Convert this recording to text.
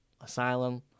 asylum